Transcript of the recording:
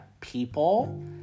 people